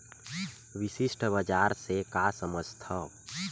विशिष्ट बजार से का समझथव?